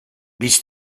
bis